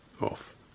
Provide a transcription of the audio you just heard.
off